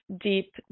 deep